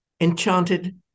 enchanted